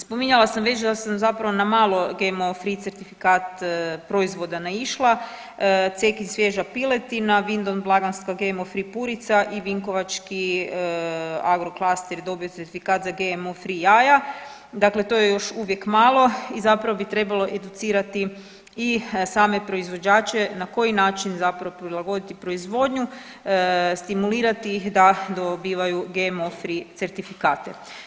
Spominjala sam već da sam zapravo na malo GMO free certifikat proizvoda našla, Cekin svježa piletina, Vindon blagdanska GMO free purica i vinkovački Agro-klaster je dobio certifikat za GMO free jaja, dakle to je još uvijek malo i zapravo bi trebalo educirati i same proizvođače na koji način zapravo prilagoditi proizvodnju, stimulirati ih da dobivaju GMO free certifikate.